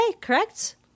correct